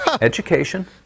education